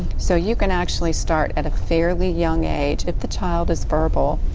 so, you can actually start at a fairly young age if the child is verbal.